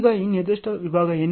ಈಗ ಈ ನಿರ್ದಿಷ್ಟ ವಿಭಾಗ ಏನು